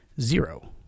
zero